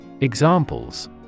Examples